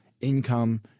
income